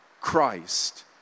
Christ